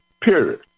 period